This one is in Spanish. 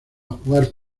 jugar